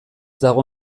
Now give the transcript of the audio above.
dago